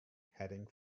heading